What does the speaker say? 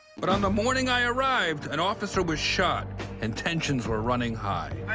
but on the morning i arrived, an officer was shot and tensions were running high.